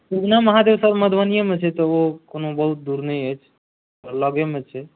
Ugna Mahadev sir मधुबनीएमे छथि ओ कोनो बहुत दूर नहि अछि लगेमे छै